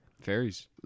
Fairies